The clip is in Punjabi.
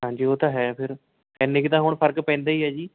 ਹਾਂਜੀ ਉਹ ਤਾਂ ਹੈ ਫਿਰ ਇੰਨੀ ਕੁ ਤਾਂ ਹੁਣ ਫ਼ਰਕ ਪੈਂਦਾ ਹੀ ਹੈ ਜੀ